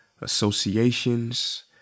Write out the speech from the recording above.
associations